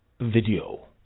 video